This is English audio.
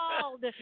called